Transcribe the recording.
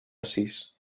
sis